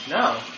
No